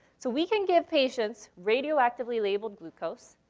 so we can give patients radioactively-labeled glucose.